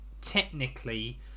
technically